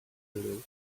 brittle